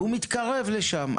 הוא מתקרב לשם.